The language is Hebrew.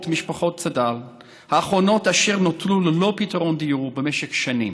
משפחות צד"ל האחרונות אשר נותרו ללא פתרון דיור במשך שנים.